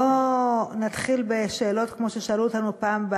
בוא נתחיל בשאלות כמו ששאלו אותנו פעם,